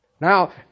Now